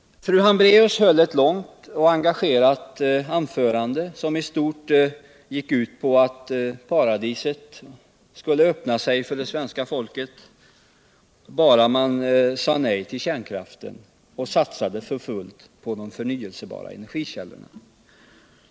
Fru Hambraeus höll ett långt och engagerat anförande, som i stort gick ut på att paradiset skulle öppna sig för det svenska folket bara man sade nej till kärnkraften och satsade för fullt på de förnyelsebara energikällorna.